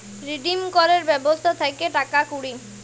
redeem ক্যরের ব্যবস্থা থাক্যে টাকা কুড়ি